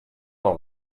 dans